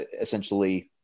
essentially